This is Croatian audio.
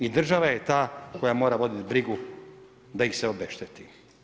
I država je ta koja mora voditi brigu da ih se obešteti.